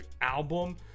album